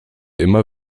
immer